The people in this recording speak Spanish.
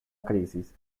crisis